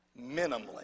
minimally